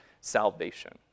salvation